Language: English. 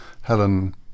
Helen